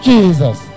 Jesus